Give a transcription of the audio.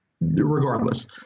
regardless